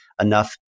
enough